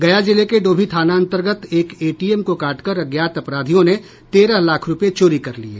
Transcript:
गया जिले के डोभी थाना अंतर्गत एक एटीएम को काटकर अज्ञात अपराधियों ने तेरह लाख रूपये चोरी कर लिये